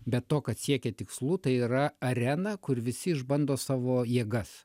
be to kad siekia tikslų tai yra arena kur visi išbando savo jėgas